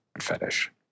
fetish